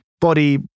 body